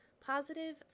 Positive